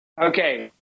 Okay